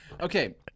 Okay